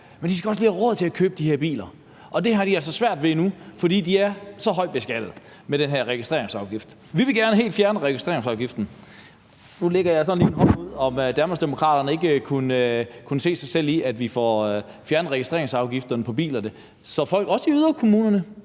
men folk skal også lige have råd til at købe de her biler, og det har de altså svært ved nu, fordi de er så højt beskattet med den her registreringsafgift. Vi vil gerne helt fjerne registreringsafgiften. Nu lægger jeg sådan lige op til at høre, om Danmarksdemokraterne ikke kunne se sig selv i, at vi får fjernet registreringsafgiften på bilerne, så også folk i yderkommunerne